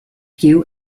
few